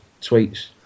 tweets